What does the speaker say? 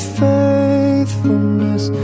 faithfulness